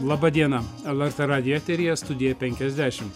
laba diena lrt radijo eteryje studija penkiasdešimt